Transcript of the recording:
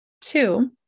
Two